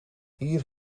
hier